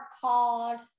called